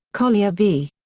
collier v.